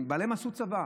בעליהן עשו צבא.